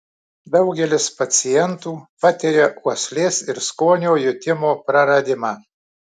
daugelis pacientų patiria uoslės ir skonio jutimo praradimą